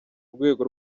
rwego